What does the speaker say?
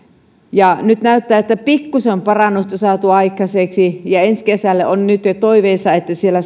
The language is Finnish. ja nyt näyttää että pikkuisen on parannusta saatu aikaiseksi ensi kesälle on nyt jo toiveissa että siellä